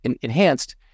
enhanced